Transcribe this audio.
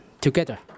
together